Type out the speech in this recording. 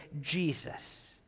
Jesus